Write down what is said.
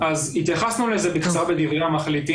אז אני אגיד ליושב ראש שהתייחסנו לזה בדיונים המחליטים,